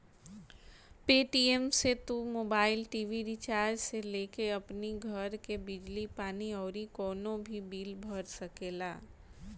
Paytm से तू mobile, TV recharge से लेके अपनी घर के बिजली पानी अउरी कवनो भी बिल भर सकेला